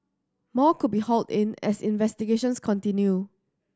more could be hauled in as investigations continue